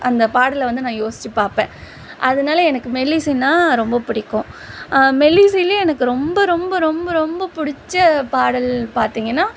அந்த பாடலை வந்து நான் யோசித்து பார்ப்பேன் அதனால எனக்கு மெல்லிசைன்னால் ரொம்ப பிடிக்கும் மெல்லிசையிலே எனக்கு ரொம்ப ரொம்ப ரொம்ப ரொம்ப பிடிச்ச பாடல் பார்த்தீங்கன்னா